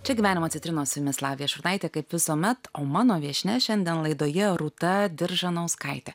čia gyvenimo citrinos su jumis lavija šurnaitė kaip visuomet o mano viešnia šiandien laidoje rūta diržanauskaitė